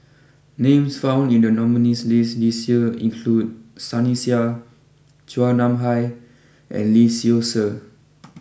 names found in the nominees list this year include Sunny Sia Chua Nam Hai and Lee Seow Ser